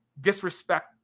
disrespect